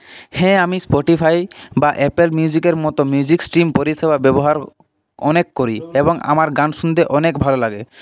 হ্যাঁ আমি স্পোটিফাই বা অ্যাপেল মিউজিকের মতো মিউজিক স্ট্রিম পরিষেবা ব্যবহার অনেক করি এবং আমার গান শুনতে অনেক ভালো লাগে